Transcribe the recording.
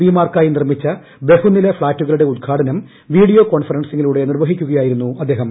P മാർക്കായി നിർമിച്ച ബഹുനില ഫ്ളാറ്റുകളുടെ ഉദ്ഘാടനം വീഡിയോ കോൺഫറൻസിലൂടെ നിർവഹിക്കുകയായിരുന്നു അദ്ദേഹം